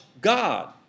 God